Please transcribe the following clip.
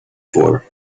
for